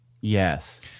yes